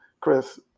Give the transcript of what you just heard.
chris